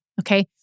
okay